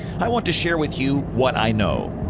i want to share with you what i know.